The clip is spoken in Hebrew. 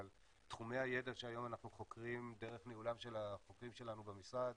אבל תחומי הידע שהיום אנחנו חוקרים דרך ניהולם של החוקרים שלנו במשרד